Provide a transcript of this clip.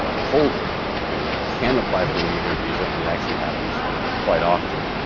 holder can apply for an immigrant visa, and it actually happens quite often.